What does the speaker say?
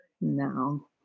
no